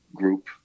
group